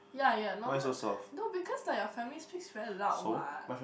ya ya normal no because like your family speaks very loud what